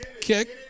kick